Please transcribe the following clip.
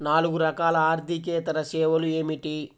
నాలుగు రకాల ఆర్థికేతర సేవలు ఏమిటీ?